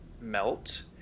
melt